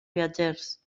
viatgers